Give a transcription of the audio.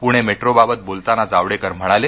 पूणे मेट्रोबाबत बोलताना जावडेकर म्हणाले